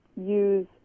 use